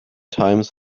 times